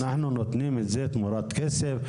אנחנו נותנים את זה תמורת כסף.